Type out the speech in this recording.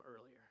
earlier